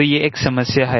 तो यह एक समस्या है